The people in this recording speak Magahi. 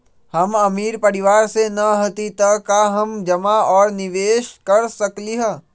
हम अमीर परिवार से न हती त का हम जमा और निवेस कर सकली ह?